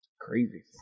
Crazy